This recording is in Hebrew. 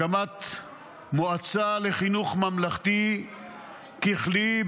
הקמת מועצה לחינוך ממלכתי ככלי,